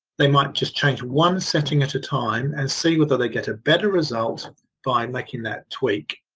they might just change one setting at a time and see whether they get a better result by making that tweak.